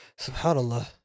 SubhanAllah